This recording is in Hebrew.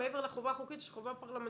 מעבר לחובה החוקית יש חובה פרלמנטרית.